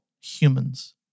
humans